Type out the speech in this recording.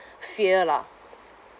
fear lah